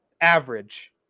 average